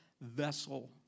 vessel